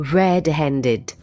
red-handed